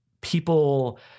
people